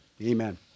Amen